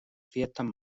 fiestas